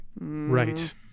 Right